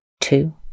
two